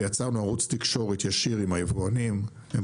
ויצרנו ערוץ תקשורת ישיר עם היבואנים הם